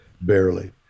barely